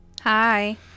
Hi